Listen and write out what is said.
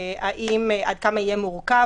עד כמה יהיה מורכב,